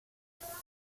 españa